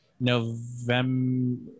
November